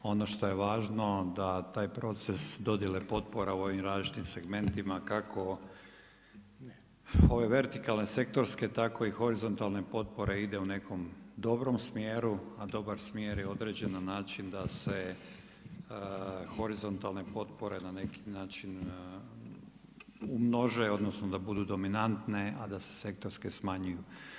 Ono što je važno da taj proces dodjele potpora u ovim različitim segmentima kako ove vertikalne, sektorske, tako i horizontalne potpore ide u nekom dobrom smjeru, a dobar smjer je određen na način da se horizontalne potpore na neki način umnože, odnosno da budu dominantne, a da se sektorske smanjuju.